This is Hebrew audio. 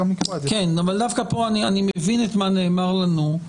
אני מבין את מה שנאמר לנו.